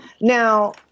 Now